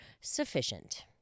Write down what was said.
sufficient